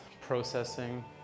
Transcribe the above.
processing